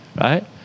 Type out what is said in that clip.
right